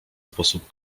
sposób